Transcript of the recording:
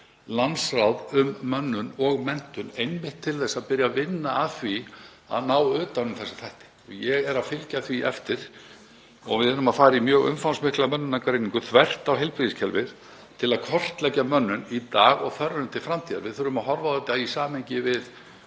landsráð um mönnun og menntun, einmitt til að byrja að vinna að því að ná utan um þessa þætti. Ég er að fylgja því eftir. Við erum að fara í mjög umfangsmikla mönnunargreiningu, þvert á heilbrigðiskerfið, til að kortleggja mönnun í dag og þörfina til framtíðar. Við þurfum að horfa á þetta í samhengi við